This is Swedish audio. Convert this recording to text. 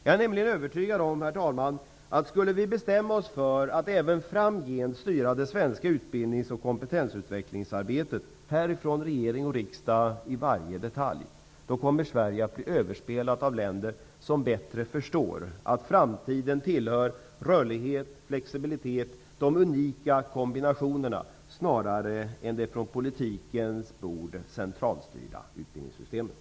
Jag är nämligen övertygad om att skulle vi bestämma oss för att även framgent styra det svenska utbildnings och kompetensutvecklingsarbetet från regering och riksdag i varje detalj, kommer Sverige att bli överspelat av länder som bättre förstår att framtiden tillhör rörlighet, flexibilitet, de unika kombinationerna, snarare än de från politikens bord centralstyrda utbildningssystemen.